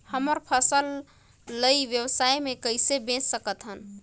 हमर फसल ल ई व्यवसाय मे कइसे बेच सकत हन?